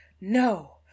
no